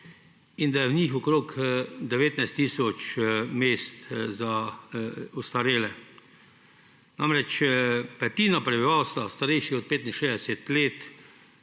in da je v njih okoli 19 tisoč mest za ostarele. Petina prebivalstva je starejša od 65 let,